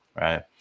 Right